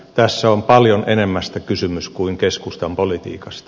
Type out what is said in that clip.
tässä on paljon enemmästä kysymys kuin keskustan politiikasta